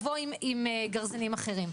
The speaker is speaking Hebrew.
לבין שירות אחר היה מתוך בחירה של